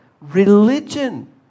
Religion